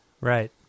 Right